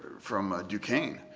from ducane,